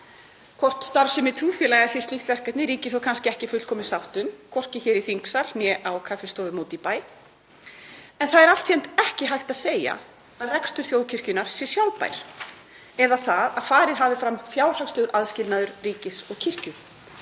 Hvort starfsemi trúfélaga sé slíkt verkefni ríkir kannski ekki fullkomin sátt um, hvorki hér í þingsal né á kaffistofum úti í bæ, en það er alltént ekki hægt að segja að rekstur þjóðkirkjunnar sé sjálfbær eða að farið hafi fram fjárhagslegur aðskilnaður ríkis og kirkju.